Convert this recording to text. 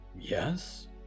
Yes